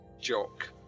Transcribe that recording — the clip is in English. jock